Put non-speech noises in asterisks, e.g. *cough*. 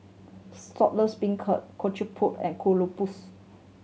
*unintelligible* beancurd kochi *unintelligible* and Kuih Lopes